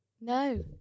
No